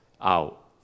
out